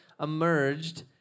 emerged